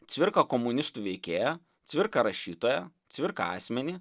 cvirka komunistų veikėją cvirką rašytoją cvirka asmenį